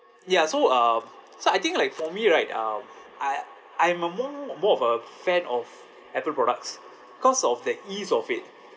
ya so um so I think like for me right um I I'm a more more of a fan of apple products because of the ease of it